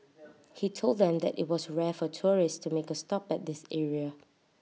he told them that IT was rare for tourists to make A stop at this area